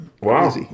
Wow